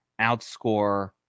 outscore